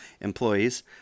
employees